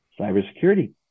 cybersecurity